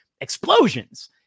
explosions